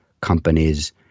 companies